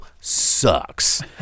sucks